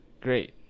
great